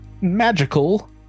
magical